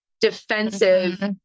defensive